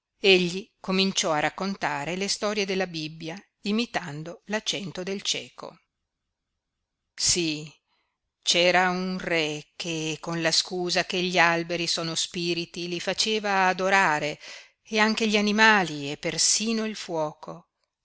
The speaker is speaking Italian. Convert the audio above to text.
egli cominciò a raccontare le storie della bibbia imitando l'accento del cieco sí c'era un re che con la scusa che gli alberi sono spiriti li faceva adorare e anche gli animali e persino il fuoco